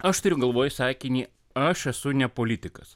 aš turiu galvoj sakinį aš esu ne politikas